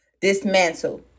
dismantle